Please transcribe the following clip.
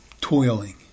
toiling